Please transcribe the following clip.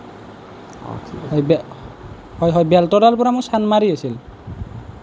এই বে হয় হয় বেলতলাৰ পৰা মোৰ চানমাৰী আছিল